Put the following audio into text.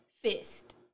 fist